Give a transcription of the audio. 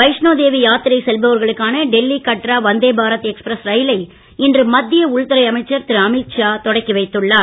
வைஷ்ணோ தேவி யாத்திரை செல்பவர்களுக்கான டெல்லி கட்ரா வந்தே பாரத் எக்ஸ்பிரஸ் ரயிலை இன்று மத்திய உள்துறை அமைச்சர் திரு அமீத் ஷா தொடக்கி வைத்துள்ளார்